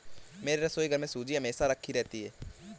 मेरे रसोईघर में सूजी हमेशा राखी रहती है